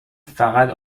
فقط